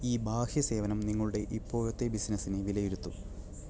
ഈ ബാഹ്യ സേവനം നിങ്ങളുടെ ഇപ്പോഴത്തെ ബിസിനസിനെ വിലയിരുത്തും